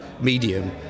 medium